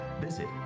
visit